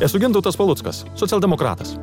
esu gintautas paluckas socialdemokratas